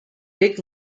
big